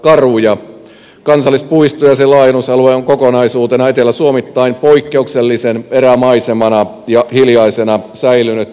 kansallispuisto ja sen laajennusalue on kokonaisuutena eteläsuomalaisittain poikkeuksellisen erämaisena ja hiljaisena säilynyt aluekokonaisuus